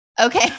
Okay